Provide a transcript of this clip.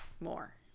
more